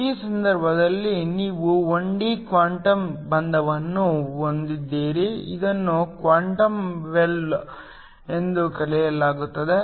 ಈ ಸಂದರ್ಭದಲ್ಲಿ ನೀವು 1D ಕ್ವಾಂಟಮ್ ಬಂಧನವನ್ನು ಹೊಂದಿದ್ದೀರಿ ಇದನ್ನು ಕ್ವಾಂಟಮ್ ವೆಲ್ ಎಂದು ಕರೆಯಲಾಗುತ್ತದೆ